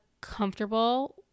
comfortable